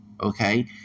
Okay